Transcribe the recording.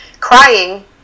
crying